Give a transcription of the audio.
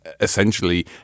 essentially